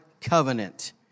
covenant